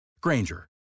Granger